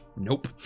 nope